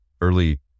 early